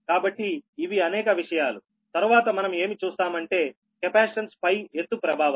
కాబట్టి ఇవి అనేక విషయాలు తర్వాత మనం ఏమి చూస్తామంటే కెపాసిటన్స్ పై ఎత్తు ప్రభావం